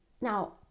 Now